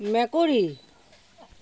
মেকুৰী